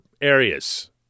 areas